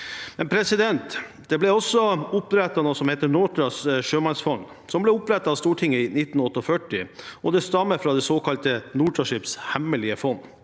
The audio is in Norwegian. omkomne. Det ble også opprettet noe som heter Nortraships Sjømannsfond, av Stortinget i 1948, og det stammer fra det såkalte Nortraships hemmelige fond.